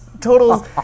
total